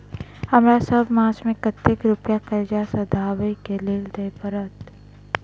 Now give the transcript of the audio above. हमरा सब मास मे कतेक रुपया कर्जा सधाबई केँ लेल दइ पड़त?